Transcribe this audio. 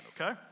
okay